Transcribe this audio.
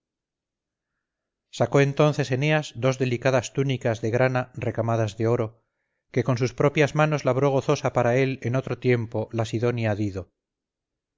sacó entonces eneas dos delicadas túnicas de grana recamadas de oro que con sus propias manos labró gozosa para él en otro tiempo la sidonia dido